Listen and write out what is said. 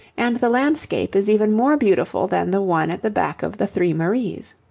and the landscape is even more beautiful than the one at the back of the three maries